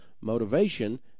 motivation